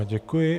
Děkuji.